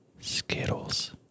skittles